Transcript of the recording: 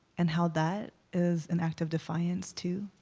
and how that is an act of defiance too.